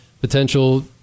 potential